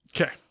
Okay